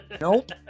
Nope